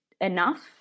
enough